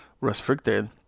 restricted